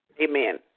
Amen